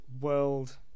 World